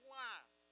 life